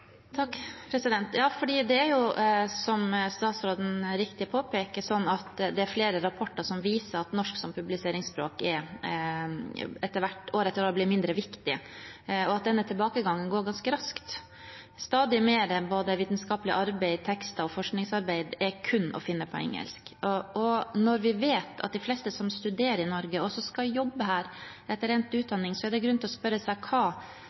Det er jo, som statsråden riktig påpeker, flere rapporter som viser at norsk som publiseringsspråk år etter år blir mindre viktig, og at denne tilbakegangen går ganske raskt. Stadig mer både vitenskapelig arbeid, tekster og forskningsarbeid er kun å finne på engelsk. Når vi vet at de fleste som studerer i Norge, også skal jobbe her etter endt utdanning, er det grunn til å spørre seg hva